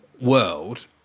world